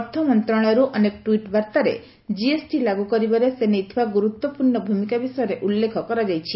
ଅର୍ଥମନ୍ତ୍ରଣାଳୟରୁ ଅନେକ ଟ୍ୱିଟ୍ ବାର୍ତ୍ତାରେ ଜିଏସ୍ଟି ଲାଗୁ କରିବାରେ ସେ ନେଇଥିବା ଗୁରୁତ୍ୱପୂର୍ଣ୍ଣ ଭୂମିକା ବିଷୟରେ ଉଲ୍ଲେଖ କରାଯାଇଛି